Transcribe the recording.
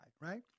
right